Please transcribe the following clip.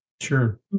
Sure